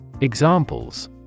Examples